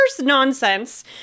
nonsense